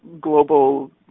global